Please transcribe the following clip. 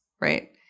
Right